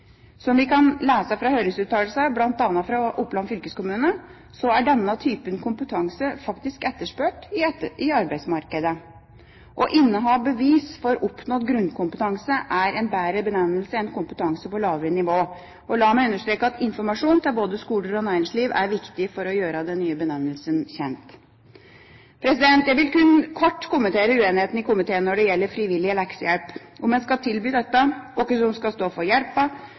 Som vi kan lese av høringsuttalelsene, bl.a. fra Oppland fylkeskommune, er denne typen kompetanse etterspurt i arbeidsmarkedet. Å inneha bevis for oppnådd grunnkompetanse er en bedre benevnelse enn «kompetanse på lavere nivå». La meg understreke at informasjon til både skoler og næringsliv er viktig for å gjøre den nye benevnelsen kjent. Jeg vil kun kort kommentere uenigheten i komiteen når det gjelder frivillig leksehjelp – om en skal tilby dette, hvem som skal stå for